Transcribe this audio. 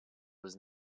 was